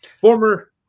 former